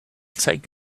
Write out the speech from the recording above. take